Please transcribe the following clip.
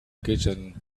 kitchen